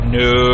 no